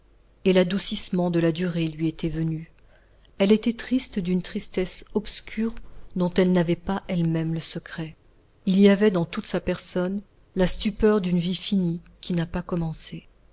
et l'adoucissement de la durée lui était venu elle était triste d'une tristesse obscure dont elle n'avait pas elle-même le secret il y avait dans toute sa personne la stupeur d'une vie finie qui n'a pas commencé